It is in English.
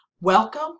Welcome